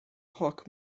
hoc